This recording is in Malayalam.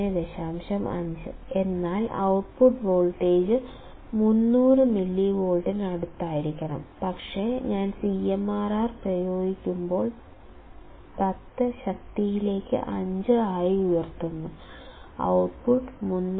5 എന്നാൽ ഔട്ട്പുട്ട് വോൾട്ടേജ് 300 മില്ലിവോൾട്ടിനടുത്തായിരിക്കണം പക്ഷേ ഞാൻ CMRR ഉപയോഗിക്കുമ്പോൾ 10 ശക്തിയിലേക്ക് 5 ആയി ഉയർത്തുന്നു ഔട്ട്പുട്ട് 300